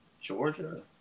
Georgia